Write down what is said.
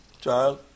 child